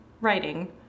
writing